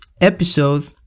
episode